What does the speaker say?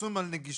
פרסום על נגישות,